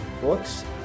books